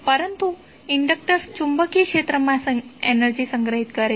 પરંતુ ઇન્ડક્ટર ચુંબકીય ક્ષેત્રમાં એનર્જી સંગ્રહિત કરે છે